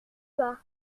pas